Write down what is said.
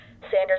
Sanders